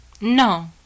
No